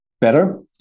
better